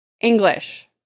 English